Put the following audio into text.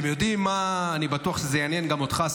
אני בטוח שזה יעניין גם אותך,